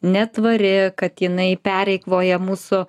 netvari kad jinai pereikvoja mūsų